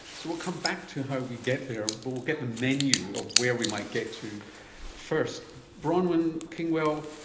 so we'll come back to how we get there, but we'll get the menu of where we might get to first. bronwyn kingwell,